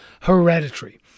Hereditary